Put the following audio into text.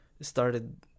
started